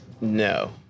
No